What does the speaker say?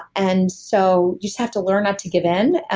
and so just have to learn not to give in.